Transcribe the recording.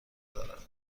دارد